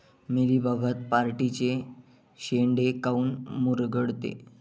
Mealybug पराटीचे चे शेंडे काऊन मुरगळते?